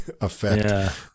effect